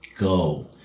Go